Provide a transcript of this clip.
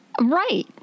Right